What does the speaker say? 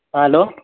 hello